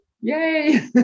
yay